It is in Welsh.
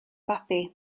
babi